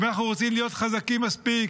אם אנחנו רוצים להיות חזקים מספיק,